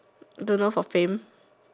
don't know for fame